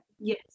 Yes